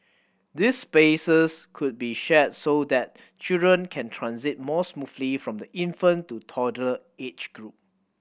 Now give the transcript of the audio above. these spaces could be shared so that children can transit more smoothly from the infant to toddler age group